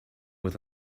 with